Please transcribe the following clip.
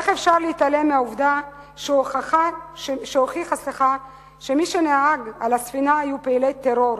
איך אפשר להתעלם מהעובדה שהוכחה שמי שהיו על הספינה היו פעילי טרור,